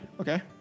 Okay